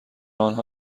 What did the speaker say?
آنها